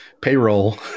payroll